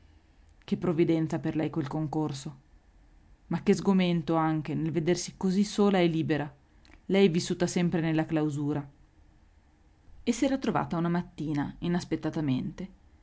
che provvidenza per lei quel concorso ma che sgomento anche nel vedersi così sola e libera lei vissuta sempre nella clausura e s'era trovata una mattina inaspettatamente